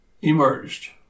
emerged